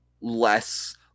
less –